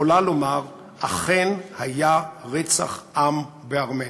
יכולה לומר: אכן היה רצח עם בארמניה.